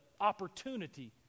opportunity